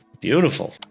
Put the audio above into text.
beautiful